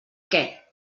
què